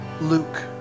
Luke